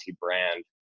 brand